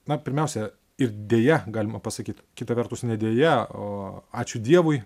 na pirmiausia ir deja galima pasakyt kita vertus ne deja o ačiū dievui